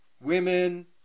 women